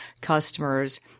customers